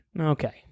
okay